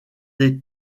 des